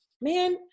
man